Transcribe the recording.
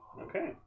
Okay